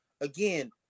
again